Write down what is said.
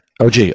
OG